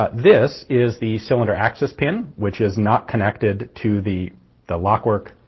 but this is the cylinder axis pin which is not connected to the the lock work.